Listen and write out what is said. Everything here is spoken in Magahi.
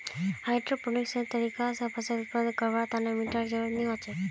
हाइड्रोपोनिक्सेर तरीका स फसल उत्पादन करवार तने माटीर जरुरत नी हछेक